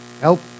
Help